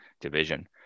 division